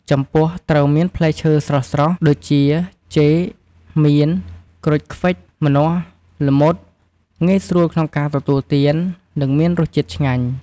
ចំពោះត្រូវមានផ្លែឈើស្រស់ៗ ដូចជា ចេក មៀន ក្រូចខ្វិច ម្នាស់ ល្មុត ងាយស្រួលក្នុងការទទួលទាន និងមានរសជាតិឆ្ងាញ់។